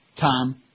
Tom